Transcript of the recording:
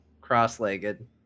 cross-legged